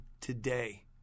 today